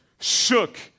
shook